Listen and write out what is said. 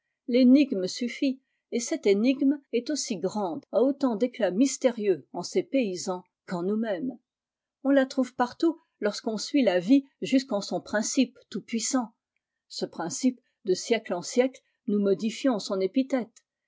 l'énigme suffit et cette énigme est aussi grande a autant d'éclat mystérieux en ces paysans qu'en nous-mêmes on la trouve partout lorsqu'on suit la vie jusqu'en son principe tout-puissant ce principe de siècle en siècle s modifions son épithète